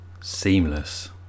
seamless